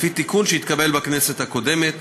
לפי תיקון שהתקבל בכנסת הקודמת,